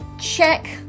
Check